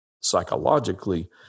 psychologically